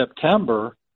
September